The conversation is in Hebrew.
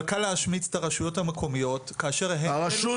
אבל קל להשמיץ את הרשויות המקומיות כאשר --- הרשות,